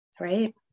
right